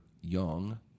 young